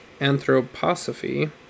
anthroposophy